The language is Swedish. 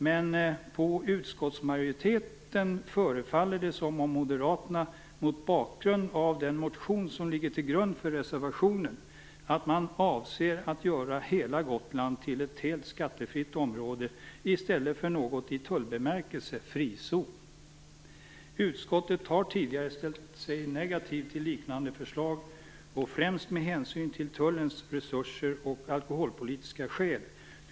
Men för utskottsmajoriteten förefaller det som om moderaterna, mot bakgrund av den motion som ligger till grund för reservationen, avser att göra hela Gotland till ett helt skattefritt område i stället för till en i tullbemärkelse frizon. Utskottet har tidigare ställt sig negativt till liknande förslag, främst med hänsyn till tullens resurser och alkoholpolitiska skäl.